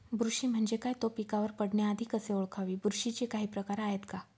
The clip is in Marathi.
बुरशी म्हणजे काय? तो पिकावर पडण्याआधी कसे ओळखावे? बुरशीचे काही प्रकार आहेत का?